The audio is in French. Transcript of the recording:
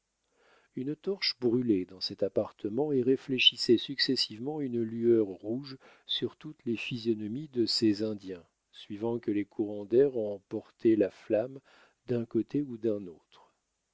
une torche brûlait dans cet appartement et réfléchissait successivement une lueur rouge sur toutes les physionomies de ces indiens suivant que les courants d'air en portaient la flamme d'un côté ou d'un autre